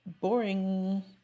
boring